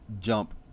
jump